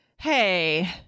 Hey